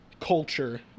culture